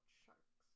sharks